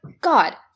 God